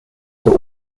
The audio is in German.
der